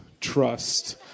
trust